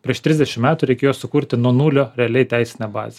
prieš trisdešim metų reikėjo sukurti nuo nulio realiai teisinę bazę